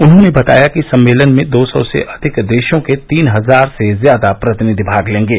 उन्होंने बताया कि सम्मेलन में दो सौ से अधिक देशों के तीन हजार से ज्यादा प्रतिनिधि भाग लेंगे